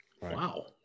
Wow